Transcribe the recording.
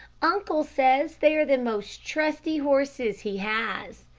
uncle says they are the most trusty horses he has.